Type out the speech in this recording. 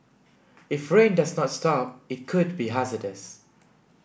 if rain does not stop it could be hazardous